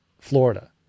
Florida